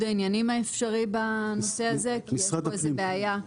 העניינים האפשרי בנושא הזה כי יש פה איזו בעיה.